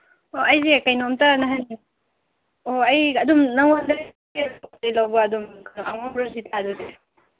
ꯑꯣ ꯑꯩꯁꯦ ꯀꯩꯅꯣꯝꯇ ꯑꯣ ꯑꯩ ꯑꯗꯨꯝ ꯅꯪꯉꯣꯟꯗ ꯑꯗꯨꯝ